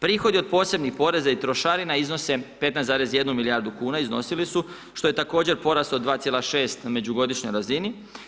Prihodi od posebnih poreza i trošarina iznose 15,1 milijardu kuna, iznosili su, što je također porast od 2,6 na međugodišnjoj razini.